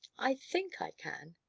i think i can.